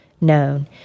known